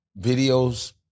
videos